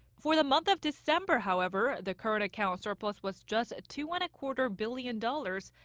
for the month of december, however, the current account surplus was just two-and-a-quarter billion dollars,